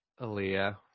Aaliyah